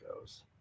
goes